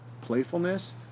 playfulness